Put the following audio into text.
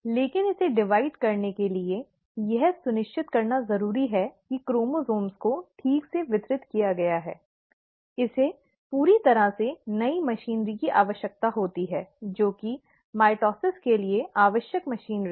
लेकिन इसे विभाजित करने के लिए यह सुनिश्चित करना जरूरी है कि क्रोमोसोम को ठीक से वितरित किया गया है इसे पूरी तरह से नई मशीनरी की आवश्यकता होती है जो कि माइटोसिस के लिए आवश्यक मशीनरी है